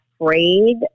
afraid